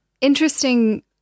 interesting